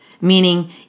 Meaning